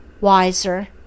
wiser